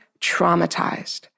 traumatized